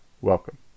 welcome